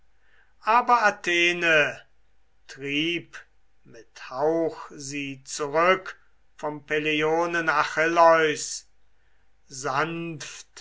aber athene trieb mit dem hauch sie zurück vom peleionen achilleus